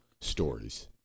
stories